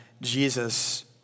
Jesus